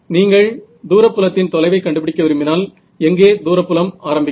நீங்கள் தூர புலத்தின் தொலைவை கண்டுபிடிக்க விரும்பினால் எங்கே தூர புலம் ஆரம்பிக்கும்